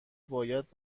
باید